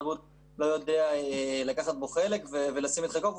הבריאות לא יודע לקחת בו חלק ולשים את חלקו,